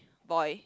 boy